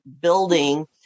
building